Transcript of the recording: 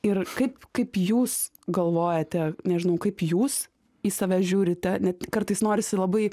ir kaip kaip jūs galvojate nežinau kaip jūs į save žiūrite net kartais norisi labai